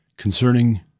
Concerning